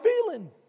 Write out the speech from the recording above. feeling